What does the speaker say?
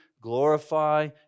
glorify